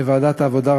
לוועדת העבודה,